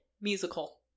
musical